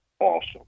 awesome